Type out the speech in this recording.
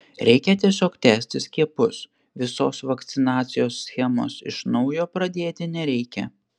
reikia tiesiog tęsti skiepus visos vakcinacijos schemos iš naujo pradėti nereikia